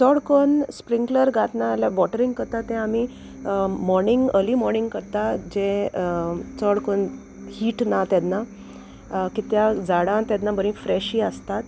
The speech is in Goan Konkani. चोड कोन्न स्प्रिंकलर घात ना जाल्यार वॉटरींग करता ते आमी मॉर्नींग अर्ली मॉर्नींग करता जें चोड कोन्न हीट ना तेन्ना कित्याक झाडां तेन्ना बरी फ्रेशय आसतात